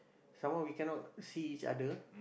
some more we cannot see each other